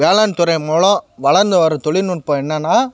வேளாண்துறை மூலம் வளர்ந்து வரும் தொழில்நுட்பம் என்னன்னா